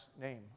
name